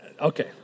Okay